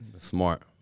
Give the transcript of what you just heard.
Smart